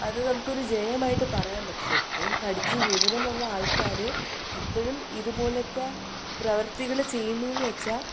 അത് നമുക്കൊരു ജയമായിട്ട് പറയാൻ പറ്റില്ല ഇത്രയും പഠിച്ചു വിവരമുള്ള ആൾക്കാർ ഇപ്പോഴും ഇതുപോലത്തെ പ്രവർത്തികൾ ചെയ്യുന്നു എന്നു വച്ചാൽ